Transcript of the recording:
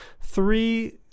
three